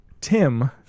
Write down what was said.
Tim